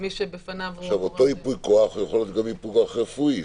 שמי שבפניו --- אותו ייפויי כוח יכול להיות גם ייפוי כוח רפואי.